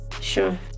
sure